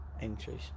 entries